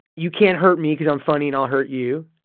you can't hurt me because i'm funny, and i'll hurt you.